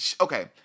Okay